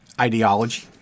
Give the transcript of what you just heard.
ideology